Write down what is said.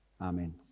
Amen